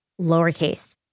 lowercase